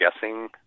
guessing